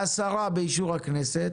להסרה, באישור הכנסת,